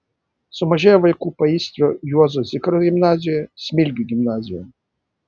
sumažėjo vaikų paįstrio juozo zikaro gimnazijoje smilgių gimnazijoje